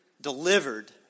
delivered